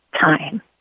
Time